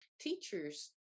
Teachers